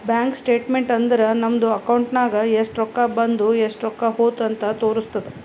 bank statement ಅಂದುರ್ ನಮ್ದು account ನಾಗ್ ಎಸ್ಟ್ ರೊಕ್ಕಾ ಬಂದು ಎಸ್ಟ್ ಹೋದು ಅಂತ್ ತೋರುಸ್ತುದ್